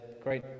great